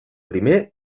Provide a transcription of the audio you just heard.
primer